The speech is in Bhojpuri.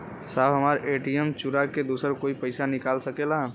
साहब हमार ए.टी.एम चूरा के दूसर कोई पैसा निकाल सकेला?